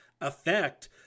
affect